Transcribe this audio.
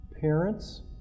parents